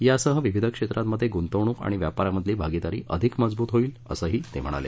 यासह विविध क्षेत्रांमध्ये गुंतवणूक आणि व्यापारामधली भागीदारी अधिक मजबूत होईल असंही ते म्हणाले